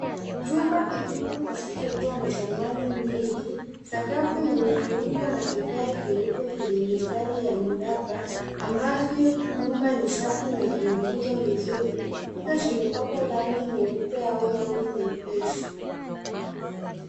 Chumba kitupu kisichokua na samani nyingi. Sakafu imefunikwa na vigae vyeupe vyenye mistari ya miraba, ambavyo nyumba ni safi na vimetunzwa vizuri. Kuta zimepakwa rangi nyeupe au rangi nyepesi.